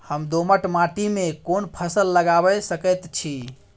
हम दोमट माटी में कोन फसल लगाबै सकेत छी?